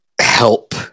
help